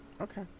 Okay